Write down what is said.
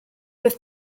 bydd